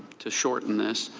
to shorten this.